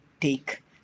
take